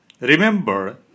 Remember